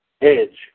Edge